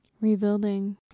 Rebuilding